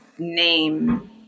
name